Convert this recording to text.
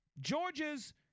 Georgia's